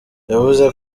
yavuze